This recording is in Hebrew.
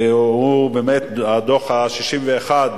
הדוח ה-61.